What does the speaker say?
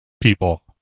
people